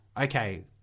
okay